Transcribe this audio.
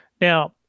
Now